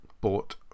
bought